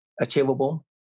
achievable